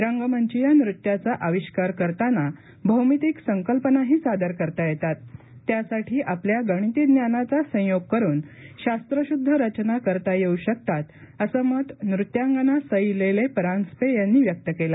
रंगमंचीय नृत्याचा अविष्कार करताना भौमितिक संकल्पनाही सादर करता येतात त्यासाठी आपल्या गणिती जानाचा संयोग करून शास्त्रश्द्ध रचना करता येऊ शकतात असे मत नृत्यांगना सई लेले परांजपे यांनी व्यक्त केले